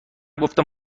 گفتم